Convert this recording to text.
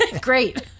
great